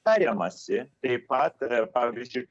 tariamasi taip pat pavyzdžiui